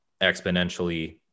exponentially